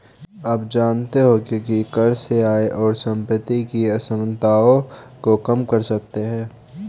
आप जानते होंगे की कर से आय और सम्पति की असमनताओं को कम कर सकते है?